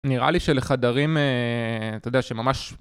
נראה לי שלחדרים אההה... אתה יודע שממש...